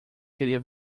queria